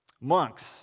Monks